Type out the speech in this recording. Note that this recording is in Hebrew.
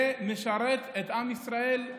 זה משרת את עם ישראל,